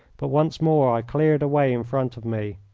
but once more i cleared a way in front of me.